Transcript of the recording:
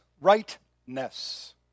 rightness